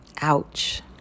Ouch